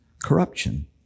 Corruption